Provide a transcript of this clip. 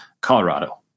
colorado